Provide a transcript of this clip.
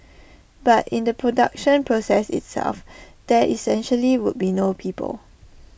but in the production process itself there essentially would be no people